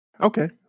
Okay